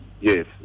Yes